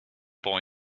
boy